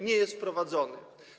Nie jest wprowadzony.